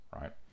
right